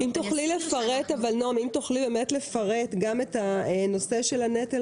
אם תוכלי לפרט גם את הנושא של הנטל